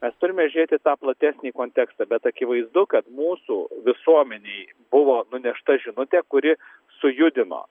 mes turime žiūrėti į tą platesnį kontekstą bet akivaizdu kad mūsų visuomenei buvo nunešta žinutė kuri sujudino